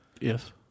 yes